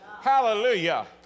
Hallelujah